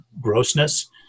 grossness